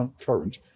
current